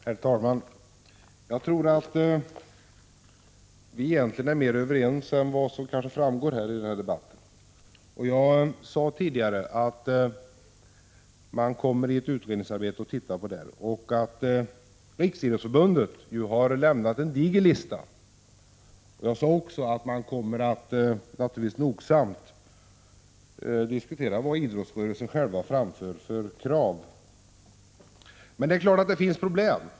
Herr talman! Jag tror att vi egentligen är mer överens än vad som framgår av debatten. Jag sade tidigare att en utredning kommer att se över reglerna och att Riksidrottsförbundet har lämnat en diger önskelista. Jag sade också att man nogsamt kommer att diskutera de krav som idrottsrörelsen har framfört. Men det finns naturligtvis problem.